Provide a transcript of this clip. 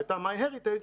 שהייתה MyHeritage,